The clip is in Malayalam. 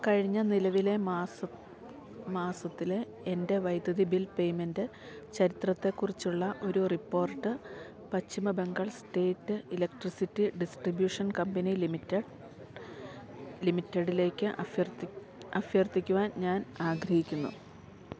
കഴിഞ്ഞ നിലവിലെ മാസത്തിലെ എൻ്റെ വൈദ്യുതി ബിൽ പേയ്മെൻ്റ് ചരിത്രത്തെക്കുറിച്ചുള്ള ഒരു report Paschim Bengal state electricity distribution company ലിമിറ്റഡിലേക്ക് അഭ്യർത്ഥിക്കുവാൻ ഞാൻ ആഗ്രഹിക്കുന്നു